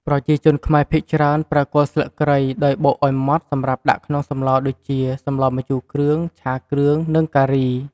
ប្រជាជនខ្មែរភាគច្រើនប្រើគល់ស្លឹកគ្រៃដោយបុកឱ្យម៉ត់សម្រាប់ដាក់ក្នុងសម្លដូចជា សម្លម្ជូរគ្រឿង, ឆាគ្រឿងនិងការី។